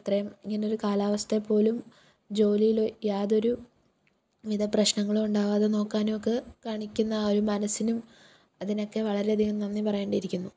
ഇത്രയും ഇങ്ങനൊരു കാലാവസ്ഥയിൽ പോലും ജോലിയിൽ യാതൊരു വിധ പ്രശ്നങ്ങളുണ്ടാകാതെ നോക്കാനൊക്കെ കാണിക്കുന്ന ആ ഒരു മനസ്സിനും അതിനൊക്കെ വളരെയധികം നന്ദി പറയേണ്ടിയിരിക്കുന്നു